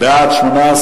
18,